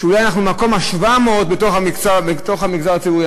שאנחנו אולי במקום ה-700 במגזר הציבורי.